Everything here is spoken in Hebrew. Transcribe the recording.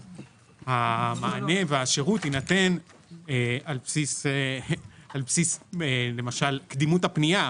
שהמענה והשירות יינתן על בסיס למשל קדימות הפנייה,